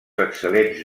excel·lents